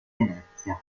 venezia